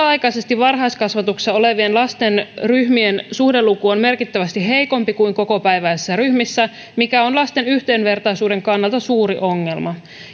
aikaisesti varhaiskasvatuksessa olevien lasten ryhmien suhdeluku on merkittävästi heikompi kuin kokopäiväisissä ryhmissä mikä on lasten yhdenvertaisuuden kannalta suuri ongelma